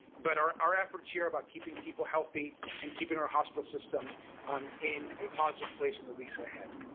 but our our efforts here about keeping people healthy and keeping our hospital system um in a positive place in the weeks ahead.